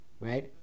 right